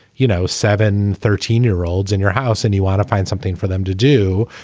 you know, seven, thirteen year olds in your house and you want to find something for them to do,